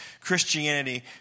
Christianity